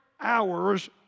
hours